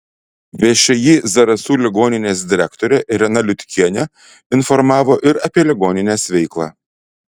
všį zarasų ligoninės direktorė irena liutkienė informavo ir apie ligoninės veiklą